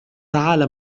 تعال